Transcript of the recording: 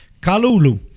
Kalulu